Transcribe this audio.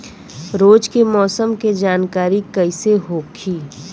रोज के मौसम के जानकारी कइसे होखि?